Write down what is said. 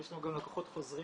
יש לנו גם לקוחות חוזרים.